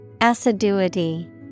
Assiduity